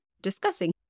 discussing